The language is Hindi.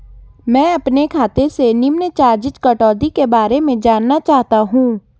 मैं अपने खाते से निम्न चार्जिज़ कटौती के बारे में जानना चाहता हूँ?